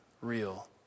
real